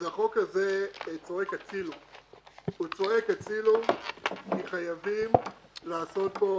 והחוק הזה צועק הצילו כי חייבים לעשות בו